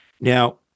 Now